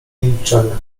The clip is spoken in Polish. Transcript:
milczenia